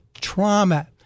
trauma